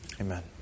Amen